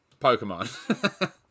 Pokemon